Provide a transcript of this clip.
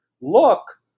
look